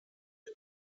mit